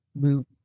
move